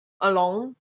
alone